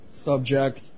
subject